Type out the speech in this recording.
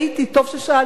טוב ששאלת אותי,